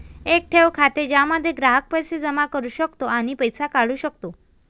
एक ठेव खाते ज्यामध्ये ग्राहक पैसे जमा करू शकतो आणि पैसे काढू शकतो